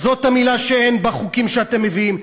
זאת המילה שאין בחוקים שאתם מביאים,